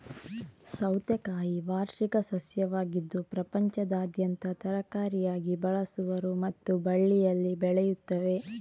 ಸೌತೆಕಾಯಿ ವಾರ್ಷಿಕ ಸಸ್ಯವಾಗಿದ್ದು ಪ್ರಪಂಚದಾದ್ಯಂತ ತರಕಾರಿಯಾಗಿ ಬಳಸುವರು ಮತ್ತು ಬಳ್ಳಿಯಲ್ಲಿ ಬೆಳೆಯುತ್ತವೆ